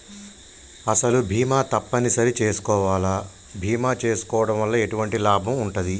అసలు బీమా తప్పని సరి చేసుకోవాలా? బీమా చేసుకోవడం వల్ల ఎటువంటి లాభం ఉంటది?